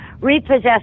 Repossessed